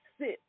sit